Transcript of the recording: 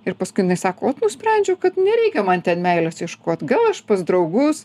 ir paskui jinai sako ot nusprendžiau kad nereikia man ten meilės ieškot gal aš pas draugus